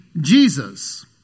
Jesus